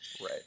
Right